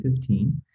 2015